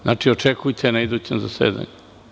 Znači, očekujte to na idućem zasedanju.